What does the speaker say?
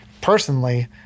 personally